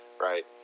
right